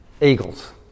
eagles